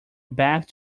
back